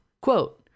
quote